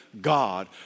God